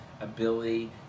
Ability